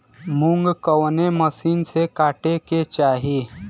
मूंग कवने मसीन से कांटेके चाही?